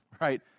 right